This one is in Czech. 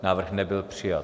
Návrh nebyl přijat.